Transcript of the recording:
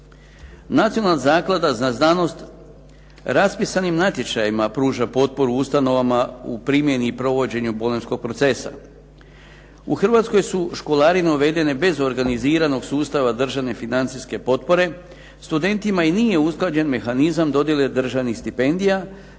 Nacionalna zaklada za znanost raspisanim natječajima pruža potporu ustanovama u primjeni i provođenju bolonjskog procesa. U Hrvatskoj su školarine uvedene bez organiziranog sustava državne financijske potpore studentima i nije usklađen mehanizam dodjele državnih stipendija.